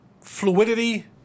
fluidity